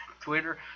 Twitter